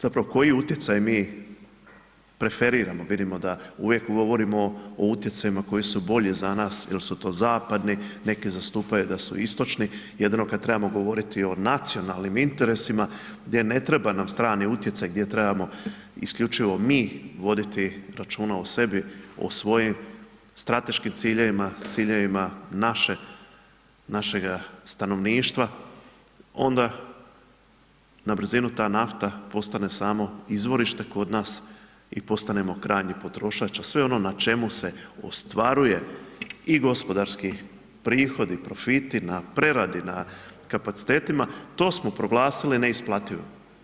Zapravo koji utjecaj mi preferiramo, vidimo da uvijek govorimo o utjecajima koji su bolji za nas jel su to zapadni, neki zastupaju da su istočni, jedino kad trebamo govoriti o nacionalnim interesima gdje ne treba nam strani utjecaj, gdje trebamo isključivo mi voditi računa o sebi, o svojim strateškim ciljevima, ciljevima naše, našega stanovništva onda na brzinu ta nafta postane samo izvorište kod nas i postanemo krajnji potrošač, a sve ono na čemu se ostvaruje i gospodarski prihodi, profiti, na preradi, na kapacitetima to smo proglasili neisplativima.